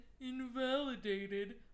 invalidated